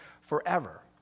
forever